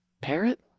parrot